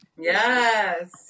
Yes